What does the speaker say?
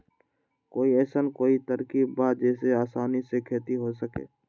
कोई अइसन कोई तरकीब बा जेसे आसानी से खेती हो सके?